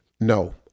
No